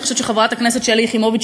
אני חושבת שחברת הכנסת שלי יחימוביץ,